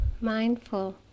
mindful